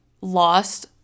lost